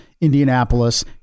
Indianapolis